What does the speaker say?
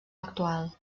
actual